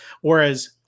Whereas